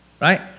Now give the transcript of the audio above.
Right